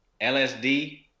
LSD